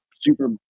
super